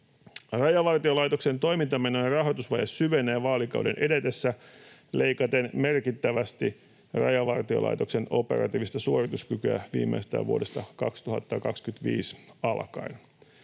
Rajavartiolaitoksen toimintamenojen rahoitusvaje syvenee vaalikauden edetessä leikaten merkittävästi Rajavar-tiolaitoksen operatiivista suorituskykyä viimeistään vuodesta 2025 alkaen.